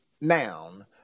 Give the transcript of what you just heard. noun